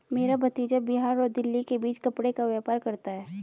मेरा भतीजा बिहार और दिल्ली के बीच कपड़े का व्यापार करता है